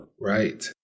Right